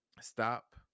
stop